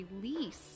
release